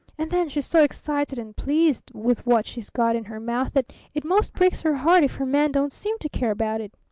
and then she's so excited and pleased with what she's got in her mouth that it most breaks her heart if her man don't seem to care about it.